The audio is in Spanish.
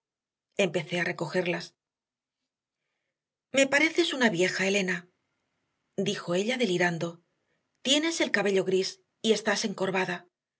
empecé a recogerlas me pareces una vieja elena dijo ella delirando tienes el cabello gris y estás encorvada